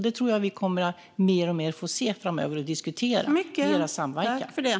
Det tror jag att vi mer och mer kommer att få se framöver, och vi får diskutera mer samverkan.